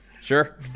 Sure